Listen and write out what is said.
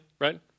right